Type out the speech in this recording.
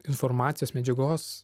informacijos medžiagos